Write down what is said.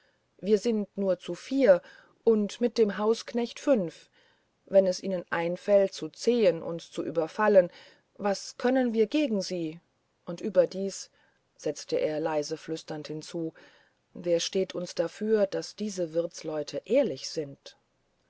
wir sind nur zu vier und mit dem hausknecht fünf wenn es ihnen einfällt zu zehen uns zu überfallen was können wir gegen sie und überdies setzte er leise flüsternd hinzu wer steht uns dafür daß diese wirtsleute ehrlich sind